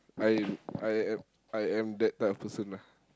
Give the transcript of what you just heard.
I I am I am that type of person lah